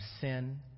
sin